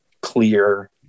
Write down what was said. clear